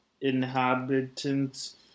inhabitants